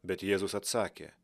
bet jėzus atsakė